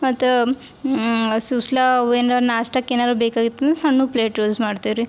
ಮತ್ತು ಸೂಸಲ ಅವು ಏನರ ನಾಷ್ಟಕ್ಕೆ ಏನಾದ್ರು ಬೇಕಾಗಿತ್ತು ಅಂದ್ರೆ ಸಣ್ಣ ಪ್ಲೇಟು ಯೂಸ್ ಮಾಡ್ತೇವೆ ರೀ